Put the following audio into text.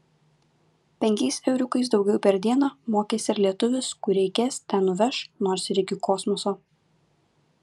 penkiais euriukais daugiau per dieną mokės ir lietuvis kur reikės ten nuveš nors ir iki kosmoso